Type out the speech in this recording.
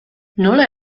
nola